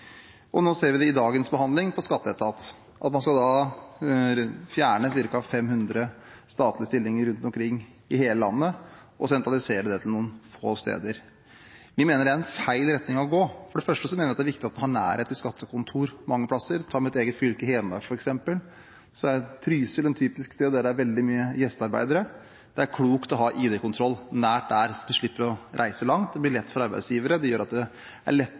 Og i dagens behandling ser vi det på Skatteetaten. Man skal fjerne ca. 500 statlige stillinger rundt omkring i hele landet og sentralisere etaten til noen få steder. Vi mener det er en feil retning å gå i. For det første mener vi det er viktig med nærhet til et skattekontor mange plasser. Ta f.eks. mitt eget fylke, Hedmark. Trysil er et typisk sted med veldig mange gjestearbeidere, og det er klokt å ha ID-kontroll i nærheten, så de slipper å reise langt. Det blir lettere for arbeidsgiverne og gjør det enklere å ha et ordnet og skikkelig arbeidsliv. Det fyller viktige funksjoner, spesielt der det er